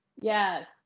Yes